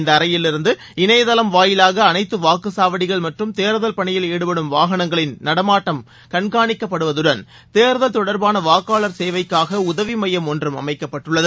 இந்தஅறையிலிருந்து இணையதளம் வாயிலாகஅனைத்துவாக்குச்சாவடிகள் மற்றும் தேர்தல் பணியில் வாகனங்களின் நடமாட்டம் கண்காணிக்கப்படுவதுடன் தேர்தல் தொடர்பானவாக்காளர் ஈடுபடும் சேவைக்காகஉதவிமையம் ஒன்றும் அமைக்கப்பட்டுள்ளது